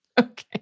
Okay